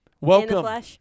Welcome